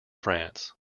france